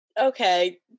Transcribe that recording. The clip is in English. okay